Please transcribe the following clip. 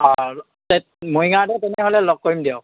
মৰিগাঁৱতে তেনেহ'লে লগ কৰিম দিয়ক